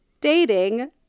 dating